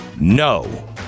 No